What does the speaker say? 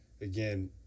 Again